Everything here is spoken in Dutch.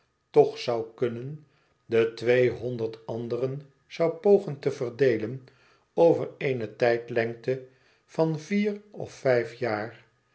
toch zoû kunnen de tweehonderd anderen zoû pogen te verdeelen over eene tijdlengte van vier of vijf jaar